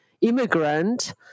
immigrant